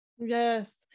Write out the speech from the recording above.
Yes